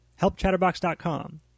Helpchatterbox.com